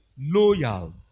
loyal